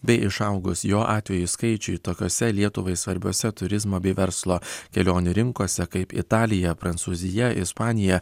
bei išaugus jo atvejų skaičiui tokiose lietuvai svarbiose turizmo bei verslo kelionių rinkose kaip italija prancūzija ispanija